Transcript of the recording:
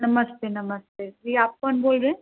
नमस्ते नमस्ते जी आप कौन बाेल रहें